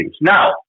Now